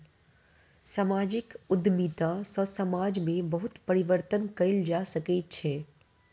सामाजिक उद्यमिता सॅ समाज में बहुत परिवर्तन कयल जा सकै छै